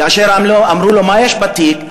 כאשר אמרו לו: מה יש בתיק?